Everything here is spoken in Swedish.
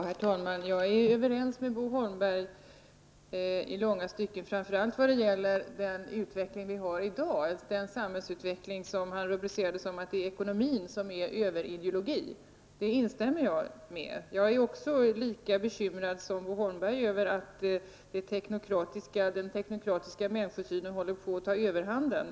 Herr talman! Jag är i långa stycken överens med Bo Holmberg, framför allt vad gäller den samhällsutveckling vi har i dag och som han rubricerade som att ekonomin är överideologi. Det instämmer i. Jag är lika bekymrad som Bo Holmberg över att den teknokratiska människosynen håller på att ta överhanden.